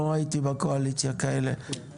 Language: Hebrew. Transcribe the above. לא ראיתי בקואליציה כאלה.